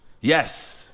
Yes